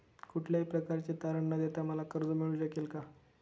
कुठल्याही प्रकारचे तारण न देता मला कर्ज मिळू शकेल काय?